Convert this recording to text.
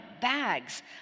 bags